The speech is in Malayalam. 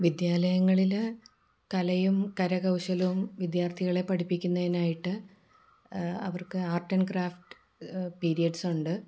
വിദ്യാലയങ്ങളിൽ കലയും കരകൗശലവും വിദ്യാര്ഥികളെ പഠിപ്പിക്കുന്നതിനായിട്ട് അവര്ക്ക് ആര്ട്ടാന് ക്രാഫ്റ്റ് പിരീട്സ്സുണ്ട്